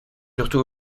surtout